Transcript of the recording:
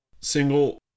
single